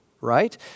Right